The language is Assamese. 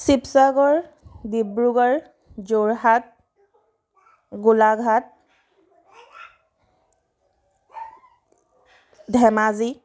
শিৱসাগৰ ডিব্ৰুগড় যোৰহাট গোলাঘাট ধেমাজি